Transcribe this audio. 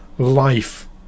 Life